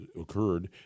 occurred